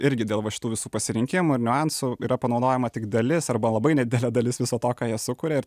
irgi dėl va šitų visų pasirinkimų ir niuansų yra panaudojama tik dalis arba labai nedidelė dalis viso to ką jie sukuria ir